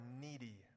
needy